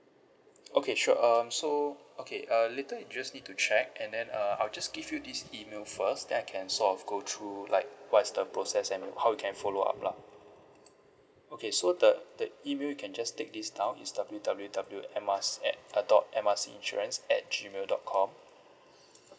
okay sure um so okay uh later you just need to check and then uh I'll just give you this email first then I can sort of go through like what is the process and how you can follow up lah okay so the the email you can just take this down is W W W M R C at uh dot M R C insurance at gmail dot com